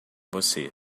você